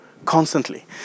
Constantly